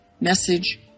message